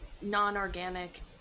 non-organic